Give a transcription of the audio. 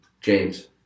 James